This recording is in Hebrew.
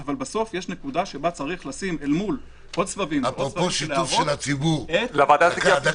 אבל בסופו של דבר צריך- - אפרופו שיתוף של הציבור אין